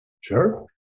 Sure